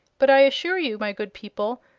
but i assure you, my good people,